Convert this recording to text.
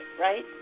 Right